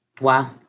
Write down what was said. Wow